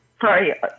Sorry